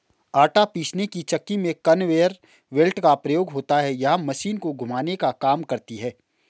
आटा पीसने की चक्की में कन्वेयर बेल्ट का प्रयोग होता है यह मशीन को घुमाने का काम करती है